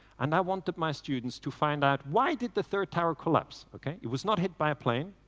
and i wanted my students to find out why did the third tower collapsed, ok? it was not hit by plane,